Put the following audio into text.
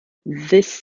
this